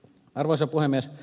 arvoisa puhemies